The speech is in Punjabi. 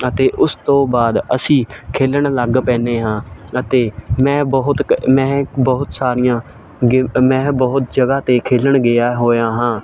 ਅਤੇ ਉਸ ਤੋਂ ਬਾਅਦ ਅਸੀਂ ਖੇਲਣ ਲੱਗ ਪੈਂਦੇ ਹਾਂ ਅਤੇ ਮੈਂ ਬਹੁਤ ਮੈਂ ਬਹੁਤ ਸਾਰੀਆਂ ਗੇਮ ਮੈਂ ਬਹੁਤ ਜਗ੍ਹਾ 'ਤੇ ਖੇਲਣ ਗਿਆ ਹੋਇਆ ਹਾਂ